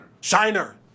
Shiner